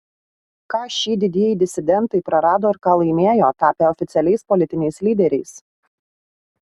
ką šie didieji disidentai prarado ir ką laimėjo tapę oficialiais politiniais lyderiais